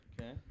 Okay